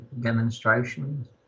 demonstrations